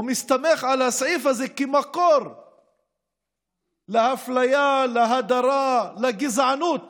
ומסתמך על הסעיף הזה כמקור לאפליה, להדרה, לגזענות